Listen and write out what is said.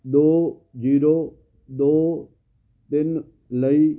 ਦੋ ਜ਼ੀਰੋ ਦੋ ਤਿੰਨ ਲਈ